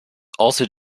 also